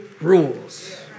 rules